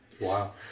Wow